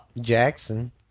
Jackson